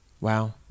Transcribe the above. Wow